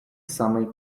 самий